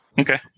Okay